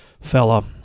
fella